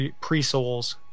pre-souls